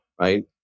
right